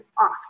off